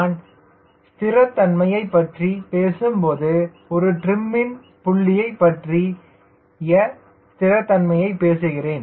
நான் ஸ்திரத்தன்மையைப் பற்றி பேசும்போது ஒரு டிரிம் புள்ளியைப் பற்றிய ஸ்திரத்தன்மையைப் பேசுகிறேன்